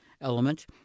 element